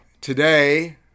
Today